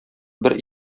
бер